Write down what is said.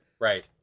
Right